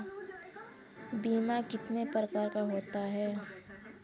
बीमा कितने प्रकार का होता है?